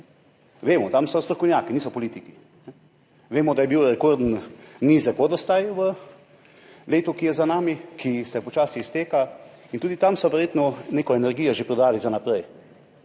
Vemo, tam so strokovnjaki, niso politiki. Vemo, da je bil rekordno nizek vodostaj v letu, ki je za nami, ki se počasi izteka in tudi tam so verjetno neko energijo že prodali za naprej,